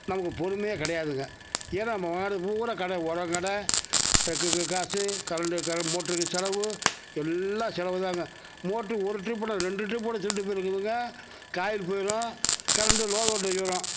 நமக்கு பொறுமையே கிடையாதுங்க ஏன்னால் நம்ம வாங்கிறது பூரா கடன் உரம் கடன் ட்ரக்குக்கு காசு கரண்ட்டுக்கு மோட்டருக்கு செலவு எல்லாம் செலவுதாங்க மோட்ரு ஒரு ட்ரிப் இல்லை ரெண்டு ட்ரிப் கூட திருட்டு போயிருக்குதுங்க காயில் போயிடும் கரண்ட்டு லோ ஓல்டேஜ் வரும்